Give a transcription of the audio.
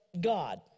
God